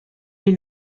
est